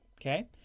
Okay